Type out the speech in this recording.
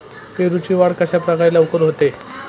पेरूची वाढ कशाप्रकारे लवकर होते?